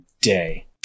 day